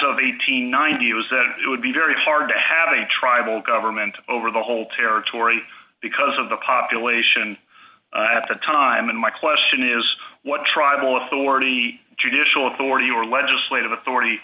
and ninety was that it would be very hard to have a tribal government over the whole territory because of the population at the time and my question is what tribal authority judicial authority or legislative authority